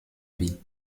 vie